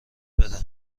بده